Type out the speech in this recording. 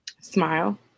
Smile